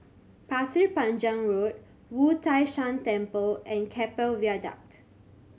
Pasir Panjang Road Wu Tai Shan Temple and Keppel Viaduct